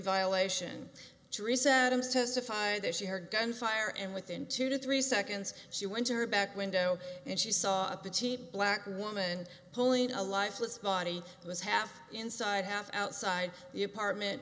violation to reset i'm satisfied that she heard gunfire and within two to three seconds she went to her back window and she saw the cheap black woman pulling a lifeless body was half inside half outside the apartment